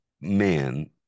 man